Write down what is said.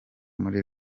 muri